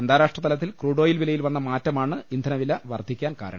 അന്താ രാഷ്ട്രതലത്തിൽ ക്രൂഡോയിൽ വിലയിൽ വന്ന മാറ്റമാണ് ഇന്ധ നവില വർധിക്കാൻ കാരണം